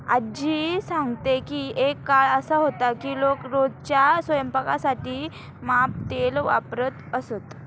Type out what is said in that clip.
आज्जी सांगते की एक काळ असा होता की लोक रोजच्या स्वयंपाकासाठी पाम तेल वापरत असत